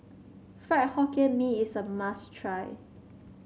Fried Hokkien Mee is a must try